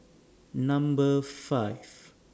Number five